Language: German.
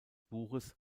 buches